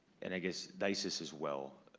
and i guess isis as well,